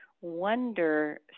wonder